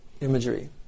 imagery